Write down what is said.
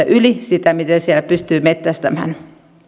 yli sen mitä siellä pystyy metsästämään